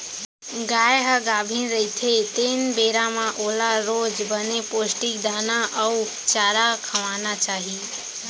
गाय ह गाभिन रहिथे तेन बेरा म ओला रोज बने पोस्टिक दाना अउ चारा खवाना चाही